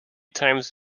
times